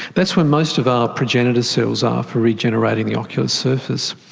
that's where most of our progenitor cells are for regenerating the ocular surface.